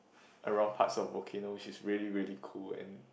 around parts of volcano which is really really cool and